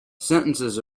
sentences